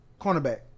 cornerback